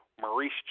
Maurice